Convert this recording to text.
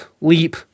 leap